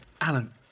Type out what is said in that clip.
Alan